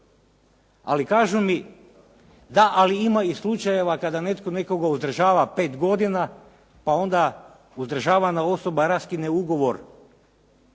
ali kažu mi da ali ima i slučajeva kada netko nekoga uzdržava pet godina pa onda uzdržavana osoba raskine ugovor